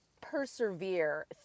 persevere